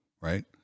right